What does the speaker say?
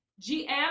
GM